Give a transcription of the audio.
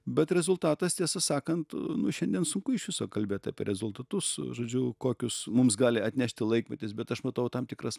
bet rezultatas tiesą sakant nu šiandien sunku iš viso kalbėt apie rezultatus žodžiu kokius mums gali atnešti laikmetis bet aš matau tam tikras